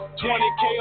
20k